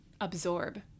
absorb